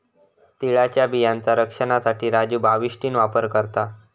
तिळाच्या बियांचा रक्षनासाठी राजू बाविस्टीन वापर करता